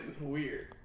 weird